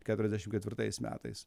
keturiasdešim ketvirtais metais